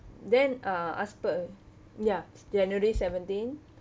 then uh as per ya january seventeen